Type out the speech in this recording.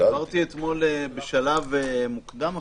שאל אותי אתמול בשלב מוקדם אפילו,